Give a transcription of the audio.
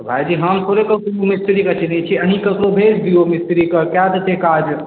भाइजी हम थोड़े मिस्त्री तिस्त्री छी अहीँ ककरो भेज दिऔ मिस्त्री कऽ कै देतै काज